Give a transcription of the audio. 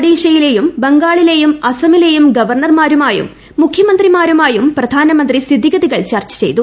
ഒഡീഷയിലെയും ബംഗാളിലെയും അസമിലെയും ഗവർണർമാരുമായും മുഖ്യമന്ത്രിമാരുമായും പ്രധാനമന്ത്രി സ്ഥിതികൾ ചർച്ച ചെയ്തു